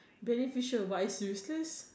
beneficial but it's useless